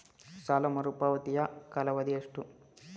ಸಾಲ ಮರುಪಾವತಿಯ ಕಾಲಾವಧಿ ಎಷ್ಟು?